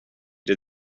did